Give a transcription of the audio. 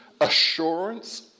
assurance